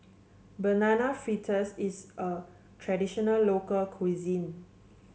Banana Fritters is a traditional local cuisine